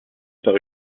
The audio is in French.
par